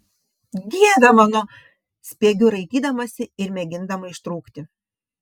dieve mano spiegiu raitydamasi ir mėgindama ištrūkti